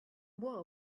more